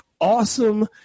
awesome